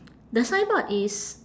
the signboard is